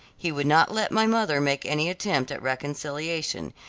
he would not let my mother make any attempt at reconciliation,